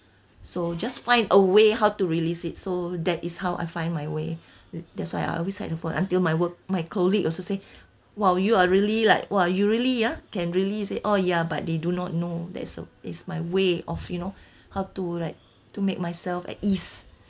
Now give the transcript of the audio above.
so just find a way how to release it so that is how I find my way that's why I always had a phone until my work my colleague also say !wow! you are really like !wah! you really ah can really say oh ya but they do not know that's a is my way of you know how to like to make myself at ease